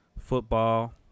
football